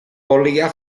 volia